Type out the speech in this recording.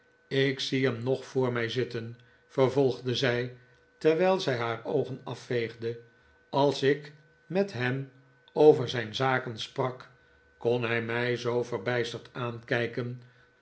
ik zie hem nog voor mij zitten vervolgde zij terwijl zij haar oogen afveegde als ik met hem over zijn zaken sprak kon hij mij zoo verbijsterd